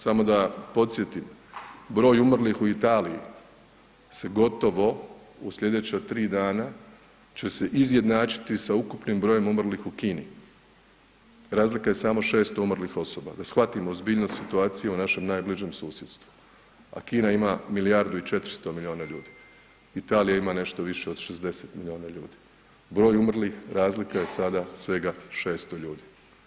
Samo da podsjetim, broj umrlih u Italiji se gotovo, u slijedeća 3 dana će se izjednačiti sa ukupnim brojem umrlih u Kini, razlika je samo 6 umrlih osoba, da shvatimo ozbiljnost situacije u našem najbližem susjedstvu, a Kina ima milijardu i 400 milijuna ljudi, Italija ima nešto više od 60 milijuna ljudi, broj umrlih razlika je sada svega 600 ljudi.